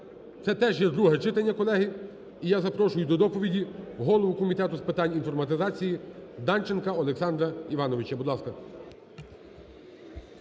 Це теж є друге читання, колеги. І я запрошую до доповіді голову Комітету з питань інформатизації Данченка Олександра Івановича.